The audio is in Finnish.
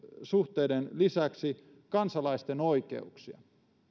suhteiden lisäksi kansalaisten oikeuksia